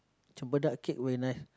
cempedak cake very nice